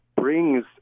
brings